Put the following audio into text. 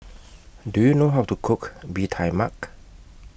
Do YOU know How to Cook Bee Tai Mak